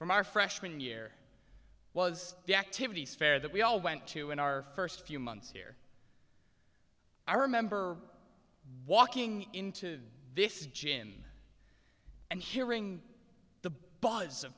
from our freshman year was the activities fair that we all went to in our first few months here i remember walking into this gin and hearing the b